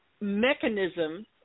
mechanism